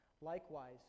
Likewise